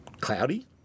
cloudy